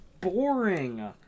boring